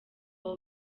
abo